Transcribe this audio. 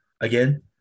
again